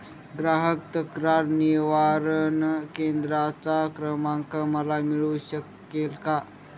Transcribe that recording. ग्राहक तक्रार निवारण केंद्राचा क्रमांक मला मिळू शकेल का?